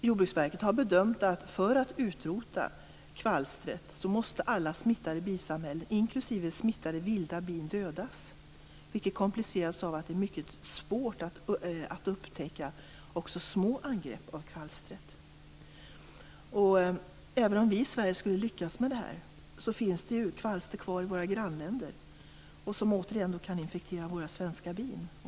Jordverksverket har bedömt att för att utrota kvalstret måste alla bisamhällen inklusive vilda bin dödas, vilket kompliceras av att det är mycket svårt att upptäcka också små angrepp av kvalstret. Även om vi i Sverige skulle lyckas med det finns det kvalster kvar i våra grannländer, som återigen kan infektera våra svenska bin.